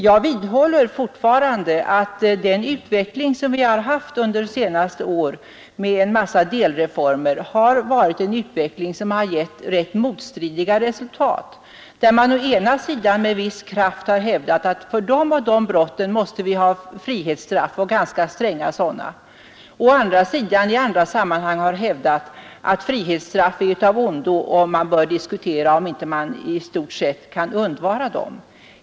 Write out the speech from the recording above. Jag vidhåller fortfarande att den utveckling vi haft under de senaste åren med en mängd delreformer har varit en utveckling som givit rätt motstridiga resultat. Å ena sidan har man med viss kraft hävdat att för de och de brotten måste vi ha frihetsstraff och ganska stränga sådana, men å andra sidan och i andra sammanhang har man hävdat att frihetsstraff är av ondo och att man bör diskutera om de inte i stort sett kan undvaras.